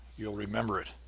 you'll remember it.